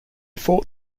fought